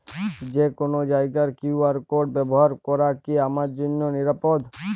যে কোনো জায়গার কিউ.আর কোড ব্যবহার করা কি আমার জন্য নিরাপদ?